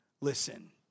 listen